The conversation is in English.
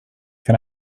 can